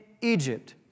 Egypt